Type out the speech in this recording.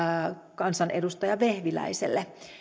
kansanedustaja vehviläiselle